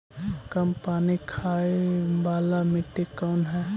कम पानी खाय वाला मिट्टी कौन हइ?